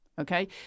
Okay